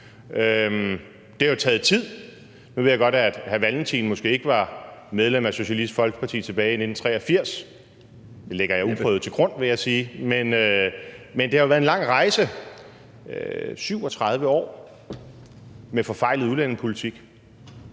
Det har jo taget tid. Nu ved jeg godt, at hr. Carl Valentin måske ikke var medlem af Socialistisk Folkeparti tilbage i 1983 – det lægger jeg uprøvet til grund, vil jeg sige – men det har jo været en lang rejse: 37 år med en forfejlet udlændingepolitik.